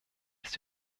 ist